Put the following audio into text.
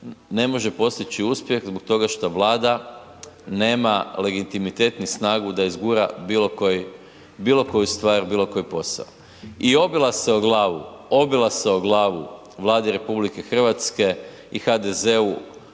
ne može postići uspjeh zbog toga što Vlada nema legitimitet ni snagu da izgura bilo koji, bilo koju stvar, bilo koji posao. I obila se glavu, obila se o glavu Vladi RH i HDZ-u